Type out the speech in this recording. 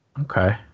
Okay